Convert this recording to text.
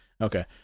Okay